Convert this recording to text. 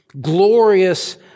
glorious